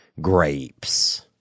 grapes